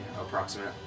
approximate